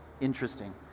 Interesting